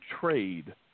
trade